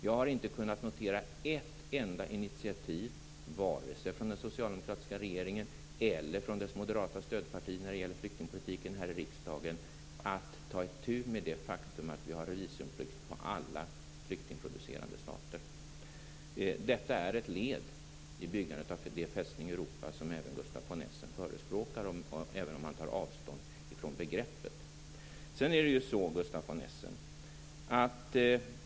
Jag har inte kunnat notera ett enda initiativ, varken från den socialdemokratiska regeringen eller från dess moderata stödparti när det gäller flyktingpolitiken här i riksdagen, för att ta itu med det faktum att vi har visumplikt vad gäller alla flyktingproducerande stater. Detta är ett led i byggandet av den fästning Europa som också Gustaf von Essen förespråker, även om han tar avstånd från begreppet.